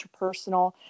interpersonal